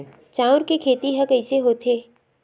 चांउर के खेती ह कइसे होथे?